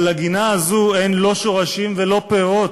אבל לגינה הזאת אין לא שורשים ולא פירות,